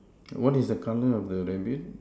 what is the colour of the rabbit